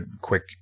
quick